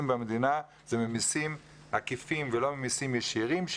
במדינה זה ממיסים עקיפים ולא ממיסים ישירים,